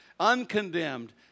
uncondemned